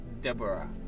Deborah